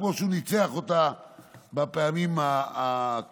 כמו שהוא ניצח אותה בפעמים הקודמות.